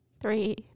three